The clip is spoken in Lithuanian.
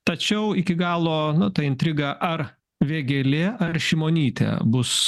tačiau iki galo nu ta intriga ar vėgėlė ar šimonytė bus